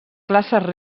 classes